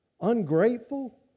ungrateful